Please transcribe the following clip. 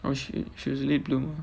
oh she she is a late bloomer